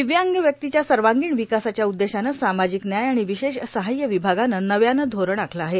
दिव्यांग व्यक्तीच्या सर्वांगीण विकासाच्या उद्देशानं सामाजिक न्याय आणि विशेष सहाय्य विभागाने नव्याने धोरण आखले आहे